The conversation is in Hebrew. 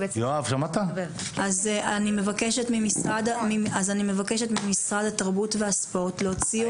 אז אני מבקשת ממשרד התרבות והספורט להוציא הוראה.